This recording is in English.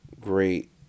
great